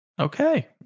okay